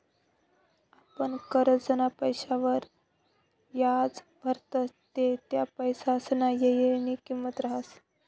आपण करजंना पैसासवर याज भरतस ते त्या पैसासना येयनी किंमत रहास